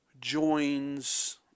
joins